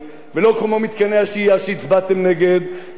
שהצבעתם נגד והיום אתם מתגאים במתקני השהייה.